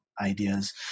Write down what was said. ideas